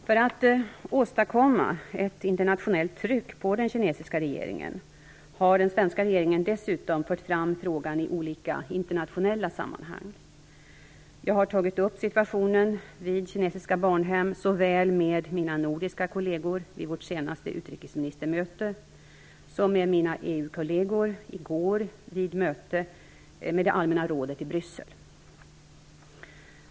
För att åstadkomma ett internationellt tryck på den kinesiska regeringen har den svenska regeringen dessutom fört fram frågan i olika internationella sammanhang. Jag har tagit upp situationen vid kinesiska barnhem såväl med mina nordiska kolleger vid vårt senaste utrikesministermöte som med mina EU kolleger i går vid möte med det allmänna rådet i Bryssel.